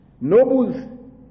Nobles